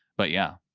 but yeah,